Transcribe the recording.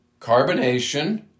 carbonation